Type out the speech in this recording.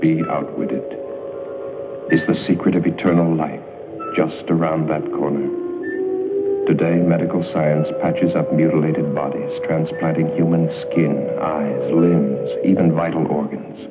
be out with it is the secret of eternal life just around that corner today medical science badges of mutilated bodies transplanted human skin even vital organs